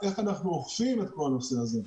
איך אנחנו אוכפים את כל הנושא הזה?